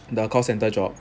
the call centre job